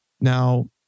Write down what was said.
Now